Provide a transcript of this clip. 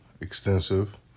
extensive